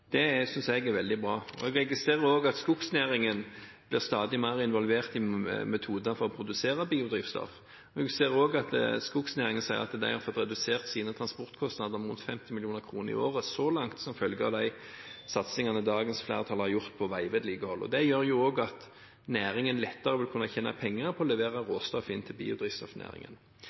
investeringene. Det synes jeg er veldig bra. Jeg registrerer også at skognæringen blir stadig mer involvert i metoder for å produsere biodrivstoff. Vi ser også at skognæringen sier at de har fått redusert sine transportkostnader med opp mot 50 mill. kr i året så langt, som følge av de satsingene som dagens flertall har gjort på veivedlikehold. Det gjør også at næringen lettere vil kunne tjene penger på å levere råstoff inn til biodrivstoffnæringen.